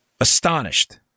Astonished